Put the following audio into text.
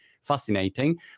fascinating